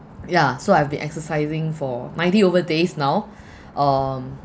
yeah so I've been exercising for ninety over days now um